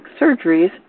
surgeries